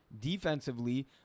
defensively